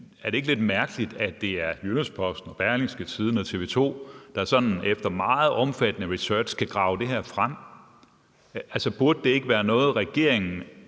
er det ikke lidt mærkeligt, at det er Jyllands-Posten, Berlingske og TV 2, der sådan efter meget omfattende research skal grave det her frem? Burde det ikke være noget, regeringen